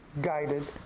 guided